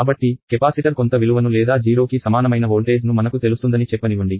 కాబట్టి కెపాసిటర్ కొంత విలువను లేదా 0 కి సమానమైన వోల్టేజ్ను మనకు తెలుస్తుందని చెప్పనివ్వండి